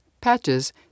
patches